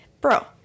bro